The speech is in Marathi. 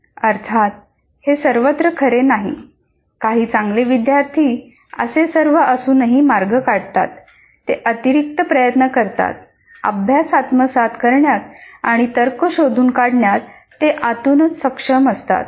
अर्थात हे सर्वत्र खरे नाही काही चांगले विद्यार्थी असे सर्व असूनही मार्ग काढतात ते अतिरिक्त प्रयत्न करतात अभ्यास आत्मसात करण्यात आणि तर्क शोधून काढण्यात ते आतूनच सक्षम असतात